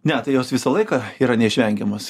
ne tai jos visą laiką yra neišvengiamos